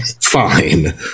fine